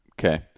okay